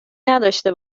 نداشته